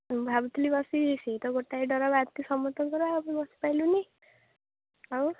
ଭାବୁଥିଲି ବସିବି ବସିବି ସେହି ତ ଗୋଟାଏ ଡର ବାନ୍ତି ସମସ୍ତଙ୍କର ଆଉ ବସିପାରିଲୁନି ଆଉ